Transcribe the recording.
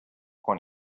quan